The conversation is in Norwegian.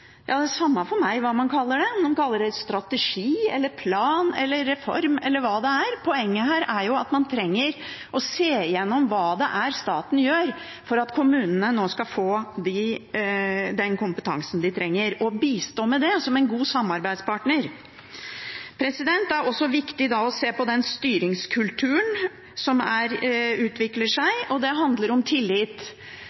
Ja, det er det samme for meg hva man kaller det, om man kaller det strategi, plan, reform eller hva det er. Poenget her er at man trenger å se gjennom hva staten gjør for at kommunene nå skal få den kompetansen de trenger, og bistå med det som en god samarbeidspartner. Det er også viktig å se på den styringskulturen som utvikler seg,